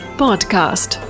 podcast